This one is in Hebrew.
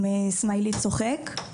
עם סמיילי צוחק.